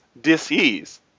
disease